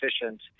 efficient